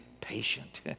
patient